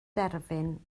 derfyn